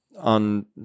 on